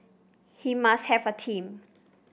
he must have a team